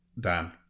dan